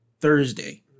Thursday